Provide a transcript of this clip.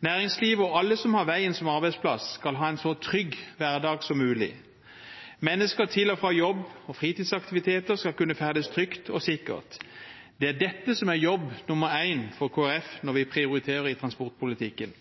Næringslivet og alle som har veien som arbeidsplass, skal ha en så trygg hverdag som mulig. Mennesker til og fra jobb og fritidsaktiviteter skal kunne ferdes trygt og sikkert. Det er dette som er jobb nummer én for Kristelig Folkeparti når vi prioriterer i transportpolitikken.